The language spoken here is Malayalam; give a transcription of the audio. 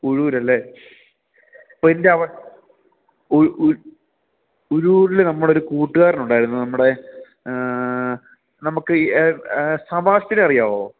ഉഴൂരല്ലേ എൻറ്റവ ഉഴൂരില് നമ്മടൊരു കൂട്ടുകാരനുണ്ടായിരുന്നു നമ്മടെ നമക്കീ സെബാസ്റ്റിനെ അറിയാവോ